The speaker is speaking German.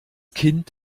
kind